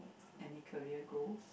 any career goals